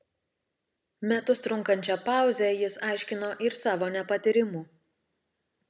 metus trunkančią pauzę jis aiškino ir savo nepatyrimu